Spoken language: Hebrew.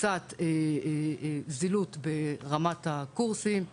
קצת זילות ברמת הקורסים,